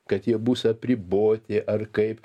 kad jie bus apriboti ar kaip